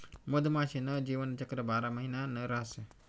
मधमाशी न जीवनचक्र बारा महिना न रहास